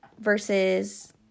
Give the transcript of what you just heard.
versus